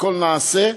הכול נעשה,